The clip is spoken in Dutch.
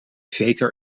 veter